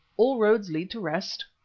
all roads lead to rest.